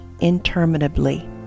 interminably